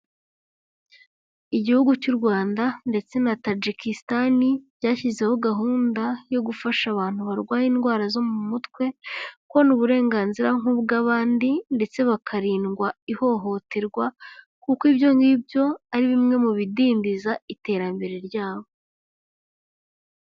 Igihugu cy'u Rwanda ndetse na Tajikistan byashyizeho gahunda yo gufasha abantu barwaye indwara zo mu mutwe, kubona uburenganzira nk'ubw'abandi, ndetse bakarindwa ihohoterwa, kuko ibyo ngibyo ari bimwe mu bidindiza iterambere ryabo.